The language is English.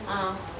ah